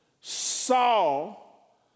Saul